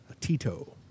tito